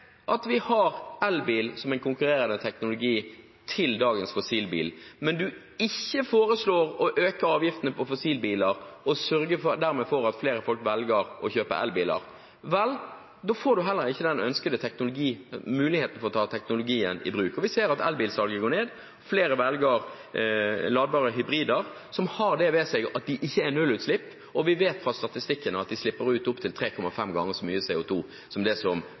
at vi har elbil som en konkurrerende teknologi til dagens fossilbil, men du ikke foreslår å øke avgiftene på fossilbiler og dermed sørge for at flere folk velger å kjøpe elbiler, da får du heller ikke muligheten til å ta teknologien i bruk. Vi ser at elbilsalget går ned. Flere velger ladbare hybrider, som har det ved seg at de ikke gir nullutslipp. Vi vet fra statistikken at de slipper ut opptil 3,5 ganger så mye CO2 som det som